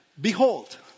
Behold